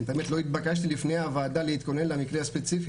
האמת שלא התבקשתי לפני הוועדה להתכונן למקרה הספציפי,